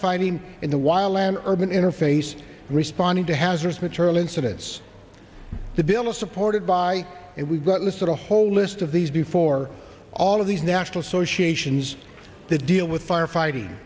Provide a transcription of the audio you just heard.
fighting in the wild land urban interface responding to hazardous material incidents the bill is supported by and we've gotten a sort of whole list of these before all of these national associations that deal with fire fighting